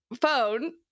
phone